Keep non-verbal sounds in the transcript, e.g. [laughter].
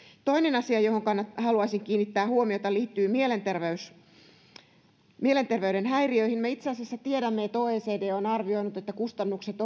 toinen asia johon haluaisin kiinnittää huomiota liittyy mielenterveyden häiriöihin me itse asiassa tiedämme että oecd on arvioinut että kustannukset [unintelligible]